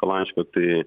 laiško tai